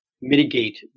mitigate